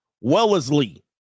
Wellesley